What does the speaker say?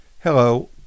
Hello